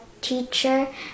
teacher